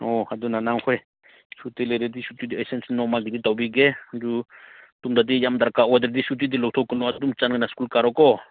ꯑꯣ ꯑꯗꯨꯅ ꯅꯈꯣꯏ ꯁꯨꯇꯤ ꯂꯩꯔꯗꯤ ꯁꯨꯇꯤꯗꯨ ꯑꯩ ꯁꯦꯡꯁꯟ ꯅꯣꯡꯃꯒꯤꯗꯤ ꯇꯧꯕꯤꯒꯦ ꯑꯗꯨ ꯇꯨꯡꯗꯗꯤ ꯌꯥꯝ ꯗꯔꯀꯥꯔ ꯑꯣꯏꯗ꯭ꯔꯗꯤ ꯁꯨꯇꯤꯗꯤ ꯂꯧꯊꯣꯛꯀꯅꯨ ꯑꯗꯨꯝ ꯆꯥꯅꯅ ꯁ꯭ꯀꯨꯜ ꯀꯥꯔꯣꯀꯣ